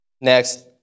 Next